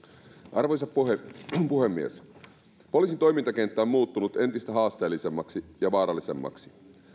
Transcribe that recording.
arvoisa puhemies poliisin toimintakenttä on muuttunut entistä haasteellisemmaksi ja vaarallisemmaksi